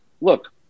look